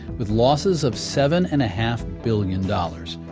with losses of seven and a half billion dollars.